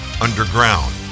underground